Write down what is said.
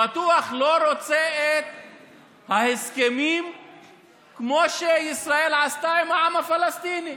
בטח לא רוצה הסכמים כמו שישראל עשתה עם העם הפלסטיני.